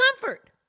comfort